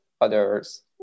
others